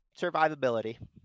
Survivability